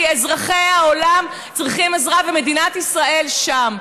כי אזרחי העולם צריכים עזרה ומדינת ישראל שם.